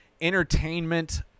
Entertainment